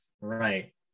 Right